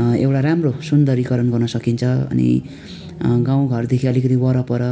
एउटा राम्रो सुन्दरीकरण गर्न सकिन्छ अनि गाउँघरदेखि अलिकति वरपर